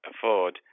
afford